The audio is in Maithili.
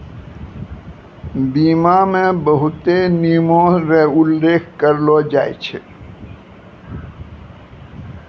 बीमा मे बहुते नियमो र उल्लेख करलो जाय छै